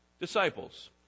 disciples